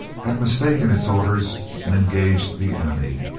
had mistaken its orders and engaged the enemy.